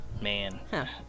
Man